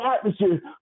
atmosphere